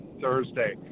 Thursday